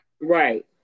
Right